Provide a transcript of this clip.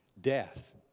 Death